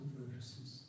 verses